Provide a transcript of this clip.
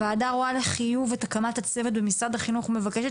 הוועדה רואה בחיוב את הקמת הצוות במשרד החינוך ומבקשת